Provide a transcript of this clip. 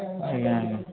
ଆଜ୍ଞା ଆଜ୍ଞା